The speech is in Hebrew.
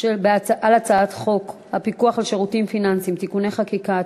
על הצעת חוק הפיקוח על שירותים פיננסיים (תיקוני חקיקה),